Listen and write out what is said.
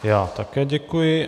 Já také děkuji.